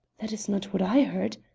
that is not what i heard,